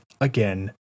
again